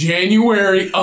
January